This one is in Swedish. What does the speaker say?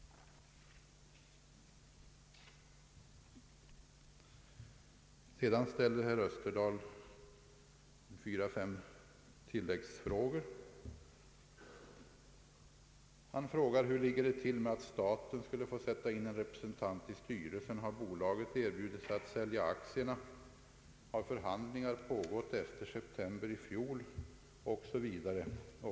Herr Österdahl har ställt fyra fem tilläggsfrågor. Han frågar: Skulle staten få sätta in en representant i styrelsen, har bolaget erbjudit sig att sälja aktierna, har förhandlingar pågått efter september? O. s. v.